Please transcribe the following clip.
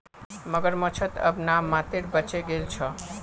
मगरमच्छ त अब नाम मात्रेर बचे गेल छ